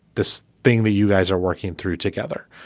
this being the you guys are working through together,